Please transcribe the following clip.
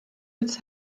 its